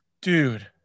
dude